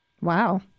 Wow